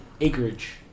acreage